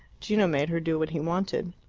gino made her do what he wanted.